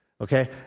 Okay